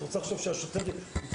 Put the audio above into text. את רוצה עכשיו שהשוטר יטפל?